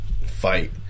fight